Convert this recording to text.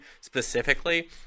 specifically